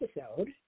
episode